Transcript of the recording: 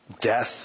death